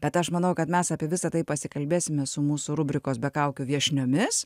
bet aš manau kad mes apie visa tai pasikalbėsime su mūsų rubrikos be kaukių viešniomis